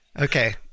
Okay